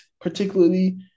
particularly